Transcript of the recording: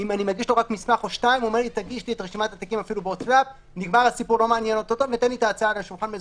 הנקודה המרכזית שתכף נדבר עליה היא נושא שכר מנהל ההסדר.